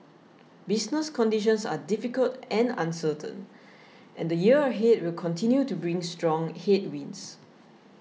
business conditions are difficult and uncertain and the year ahead will continue to bring strong headwinds